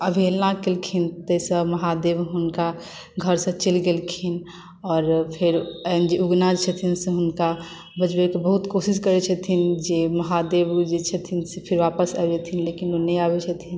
अवहेलना कैलखिन ताहि सँ महादेव हुनका घरसँ चलि गेलखिन आओर फेर उगना जे छथिन से हुनका बजबैकेँ बहुत कोशिश करै छथिन जे महादेव जे छथिन से वापस आबि जेथिन लेकिन ओ नहि वापस आबै छथिन